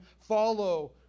follow